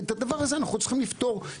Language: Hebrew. את הדבר הזה אנחנו צריכים לפתור,